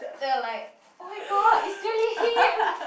then I'm like oh-my-god it's really him